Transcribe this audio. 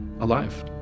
alive